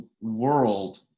world